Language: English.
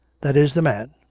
that is the man.